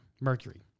mercury